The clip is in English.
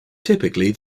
typically